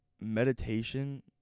Meditation